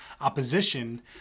opposition